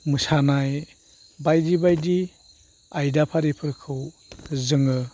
मोसानाय बायदि बायदि आयदा फारिफोरखौ जोङो